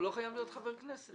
הוא לא חייב להיות חבר כנסת.